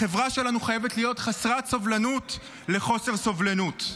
החברה שלנו חייבת להיות חסרת סובלנות לחוסר סובלנות.